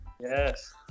Yes